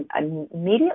immediately